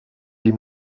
die